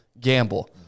gamble